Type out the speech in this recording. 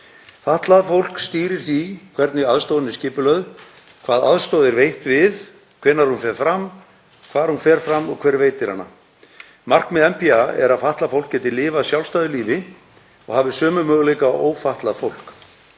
Fatlað fólk stýrir því hvernig aðstoðin er skipulögð, hvað aðstoð er veitt við, hvenær hún fer fram, hvar hún fer fram og hver veitir hana. Markmið NPA er að fatlað fólk geti lifað sjálfstæðu lífi og hafi sömu möguleika og ófatlað fólk,